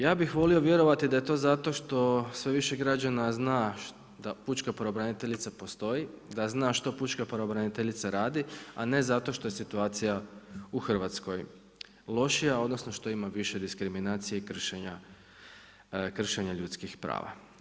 Ja bih volio vjerovati da je to zato što sve više građana zna da pučka pravobraniteljica postoji, da zna što pučka pravobraniteljica radi, a ne zato što je situacija u Hrvatskoj lošija odnosno što ima više diskriminacije i kršenja ljudskih prava.